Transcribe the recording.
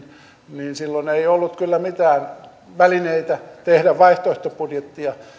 silloin ei ollut kyllä mitään välineitä tehdä vaihtoehtobudjettia